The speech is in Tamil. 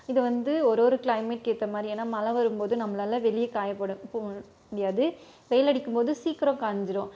இது வந்து ஒரு ஒரு கிளைமேட்டுக்கு ஏற்ற மாதிரி ஏன்னா மழை வரும்போது நம்பளால் வெளியே காயப்போட முடியாது வெயிலடிக்கும் போது சீக்கிரம் காஞ்சிடும்